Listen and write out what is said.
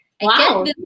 wow